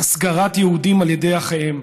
הסגרת יהודים על ידי אחיהם